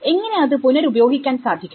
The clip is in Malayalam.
എങ്ങനെ അത് പുനരുപയോഗിക്കാൻ സാധിക്കും